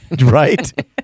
Right